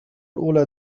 الأولى